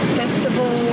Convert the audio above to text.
festival